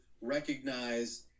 recognize –